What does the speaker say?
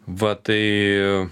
va tai